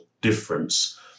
difference